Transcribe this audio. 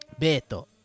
Beto